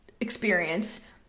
experience